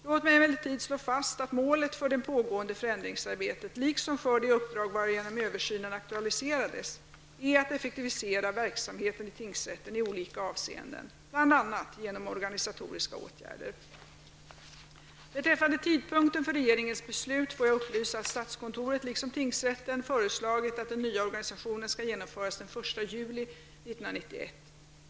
Låt mig emellertid slå fast att målet för det pågående förändringsarbetet -- liksom för det uppdrag varigenom översynen aktualiserades -- är att effektivisera verksamheten i tingsrätten i olika avseenden, bl.a. genom organisatoriska åtgärder. Beträffande tidpunkten för regeringens beslut får jag upplysa om att statskontoret -- liksom tingsrätten -- föreslagit att den nya organisationen skall genomföras den 1 juli 1991.